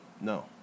No